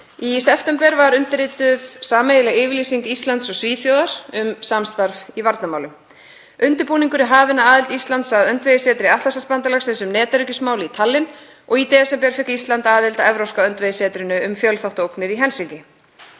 Í september var undirrituð sameiginleg yfirlýsing Íslands og Svíþjóðar um samstarf í varnarmálum. Undirbúningur er hafinn að aðild Íslands að öndvegissetri Atlantshafsbandalagsins um netöryggismál í Tallinn, og í desember fékk Ísland aðild að evrópska öndvegissetrinu um fjölþáttaógnir í Helsinki